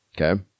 Okay